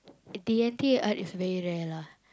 D-and-T Art is very rare lah